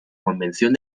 convención